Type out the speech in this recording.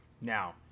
Now